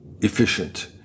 efficient